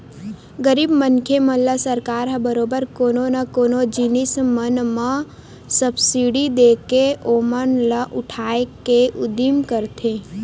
गरीब मनखे मन ल सरकार ह बरोबर कोनो न कोनो जिनिस मन म सब्सिडी देके ओमन ल उठाय के उदिम करथे